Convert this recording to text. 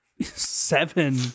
seven